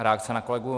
Reakce na kolegu